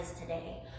today